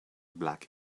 black